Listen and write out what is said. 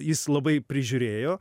jis labai prižiūrėjo